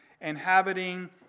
inhabiting